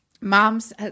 mom's